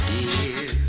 dear